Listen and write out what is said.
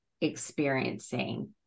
experiencing